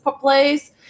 place